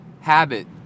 habit